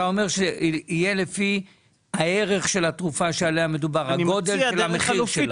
אתה אומר שיהיה לפי הערך של התרופה שעליה מדובר הגודל שלה המחיר שלה,